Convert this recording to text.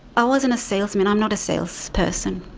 i wasn't a salesman, i'm not a salesperson.